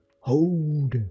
hold